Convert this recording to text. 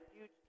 huge